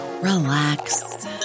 relax